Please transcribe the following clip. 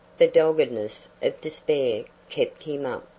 the doggedness of despair kept him up,